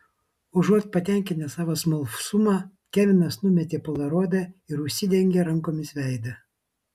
užuot patenkinęs savo smalsumą kevinas numetė polaroidą ir užsidengė rankomis veidą